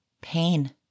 pain